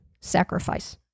sacrifice